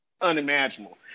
unimaginable